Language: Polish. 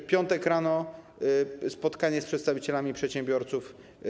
W piątek rano spotkanie z przedstawicielami przedsiębiorców.